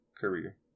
career